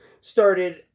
started